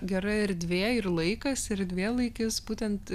gera erdvė ir laikas erdvėlaikis būtent